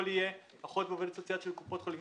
יהיה אחות ועובדת סוציאלית של קופות החולים.